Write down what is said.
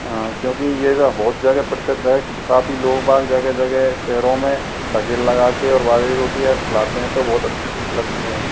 हाँ क्योंकि ये तो बहुत जगह प्रसिद्ध है काफ़ी लोग बाग जगह जगह शहरों में लगाके बाजरे की रोटियां खिलाते हैं तो बहुत अच्छी लगती हैं